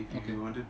okay